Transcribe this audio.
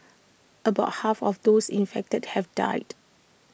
about half of those infected have died